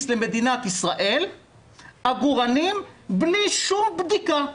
למדינת ישראל עגורנים בלי שום בדיקה.